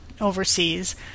overseas